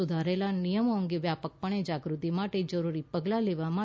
સુધારેલા નિયમો અંગે વ્યાપકપણે જાગૃતિ માટે જરૂરી પગલાં લેવા માટે